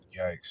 Yikes